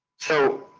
so,